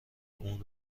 اون